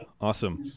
awesome